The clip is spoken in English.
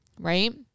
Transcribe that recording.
right